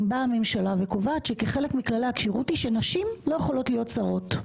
אם באה הממשלה וקובעת שכחלק מכללי הכשירות נשים לא יכולות להיות שרות.